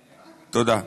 תודה.